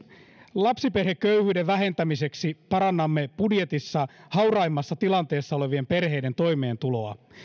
lapsiperheköyhyyden vähentämiseksi parannamme budjetissa hauraimmassa tilanteessa olevien perheiden toimeentuloa